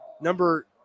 number